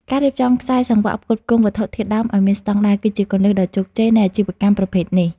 ការរៀបចំខ្សែសង្វាក់ផ្គត់ផ្គង់វត្ថុធាតុដើមឱ្យមានស្តង់ដារ គឺជាគន្លឹះដ៏ជោគជ័យនៃអាជីវកម្មប្រភេទនេះ។